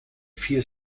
vier